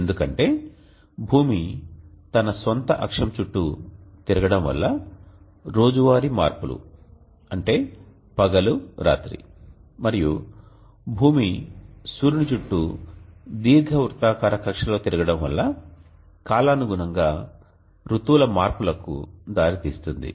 ఎందుకంటే భూమి తన స్వంత అక్షం చుట్టూ తిరగడం వల్ల రోజువారీ మార్పులు పగలు రాత్రి మరియు భూమి సూర్యుని చుట్టూ దీర్ఘవృత్తాకార కక్ష్యలో తిరగడం వల్ల కాలానుగుణంగా ఋతువుల మార్పులకు దారితీస్తుంది